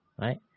Right